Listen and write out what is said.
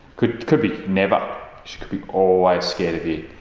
could could be never. she could be always scared of you.